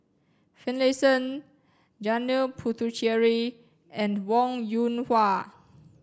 Finlayson Janil Puthucheary and Wong Yoon Wah